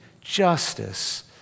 justice